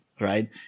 right